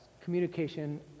Communication